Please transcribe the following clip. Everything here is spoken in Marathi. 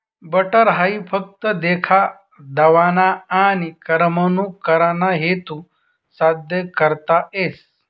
बटर हाई फक्त देखा दावाना आनी करमणूक कराना हेतू साद्य करता येस